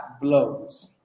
blows